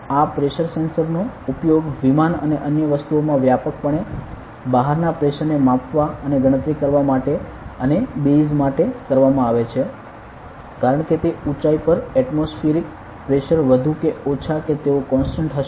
તેથી આ pressure sensor નો ઉપયોગ વિમાન અને અન્ય વસ્તુઓમાં વ્યાપકપણે બહારના પ્રેશર ને માપવા અને ગણતરી કરવા માટે અને બેજ્ માટે કરવામાં આવે છે કારણ કે તે ઉચાઇ પર એટમોસ્ફિયરિક પ્રેશર વધુ કે ઓછા કે તેઓ કોન્સટન્ટ હશે